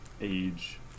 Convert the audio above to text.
age